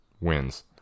wins